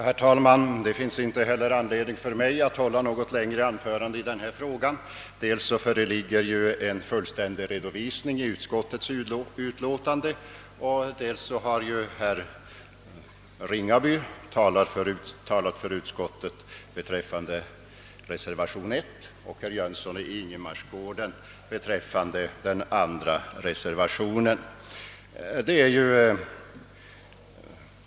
Herr talman! Det finns inte heller för mig anledning att hålla något längre anförande i denna fråga. Dels föreligger en fullständig redovisning i utskottets utlåtande, dels har herr Ringaby talat för utskottet beträffande reservation I och herr Jönsson i Ingemarsgården beträffande den andra reservationen.